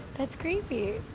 that's creepy.